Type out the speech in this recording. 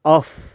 off